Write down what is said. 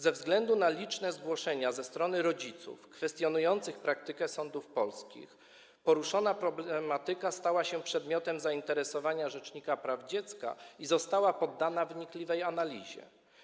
Ze względu na liczne zgłoszenia ze strony rodziców kwestionujących praktykę sądów polskich poruszona problematyka stała się przedmiotem zainteresowania rzecznika praw dziecka i została poddana wnikliwej analizie.